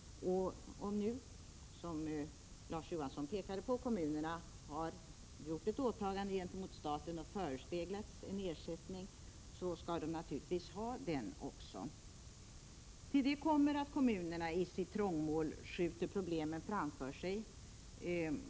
Och om nu, som Larz Johansson pekade på, kommunerna har gjort ett åtagande gentemot staten och förespeglats en ersättning, skall de naturligtvis också få en sådan. Till detta kommer att kommunerna i sitt trångmål skjuter problemen framför sig.